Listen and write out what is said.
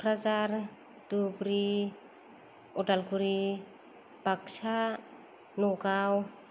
Kokrajhar Dhubri Udalguri Baksa Nagaon